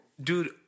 Dude